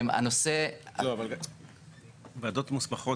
ועדות מוסמכות